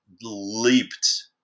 leaped